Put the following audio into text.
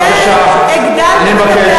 בבקשה, אני מבקש.